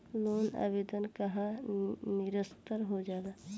Loan आवेदन काहे नीरस्त हो जाला?